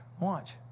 Watch